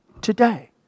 today